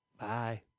Bye